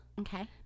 Okay